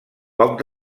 poc